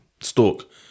stalk